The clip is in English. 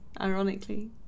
ironically